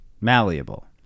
malleable